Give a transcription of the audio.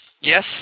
Yes